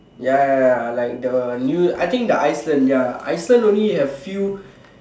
ya ya ya like the I think the Iceland Iceland only have few